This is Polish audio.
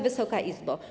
Wysoka Izbo!